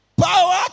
power